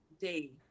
day